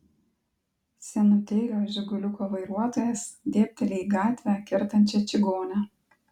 senutėlio žiguliuko vairuotojas dėbteli į gatvę kertančią čigonę